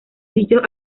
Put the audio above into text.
dichos